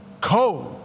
code